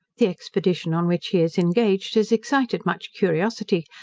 the expedition on which he is engaged has excited much curiosity,